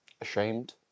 ashamed